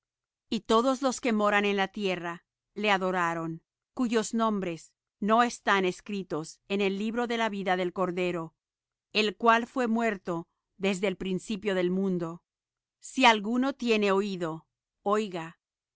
y todos los que moran en la tierra le adoraron cuyos nombres no están escritos en el libro de la vida del cordero el cual fué muerto desde el principio del mundo si alguno tiene oído oiga